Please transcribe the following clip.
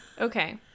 Okay